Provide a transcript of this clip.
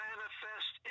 Manifest